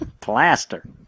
Plaster